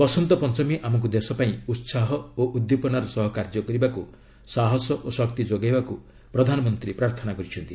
ବସନ୍ତ ପଞ୍ଚମୀ ଆମକୁ ଦେଶପାଇଁ ଉତ୍କାହ ଓ ଉଦ୍ଦୀପନାର ସହ କାର୍ଯ୍ୟ କରିବାକୁ ସାହସ ଓ ଶକ୍ତି ଯୋଗାଇବାକୁ ପ୍ରଧାନମନ୍ତ୍ରୀ ପ୍ରାର୍ଥନା କରିଛନ୍ତି